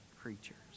creatures